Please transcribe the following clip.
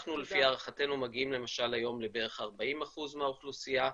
לפי הערכתנו מגיעים למשל היום לבערך 40% מהאוכלוסייה,